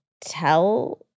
tell